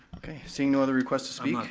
seeing no other requests to speak.